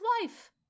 wife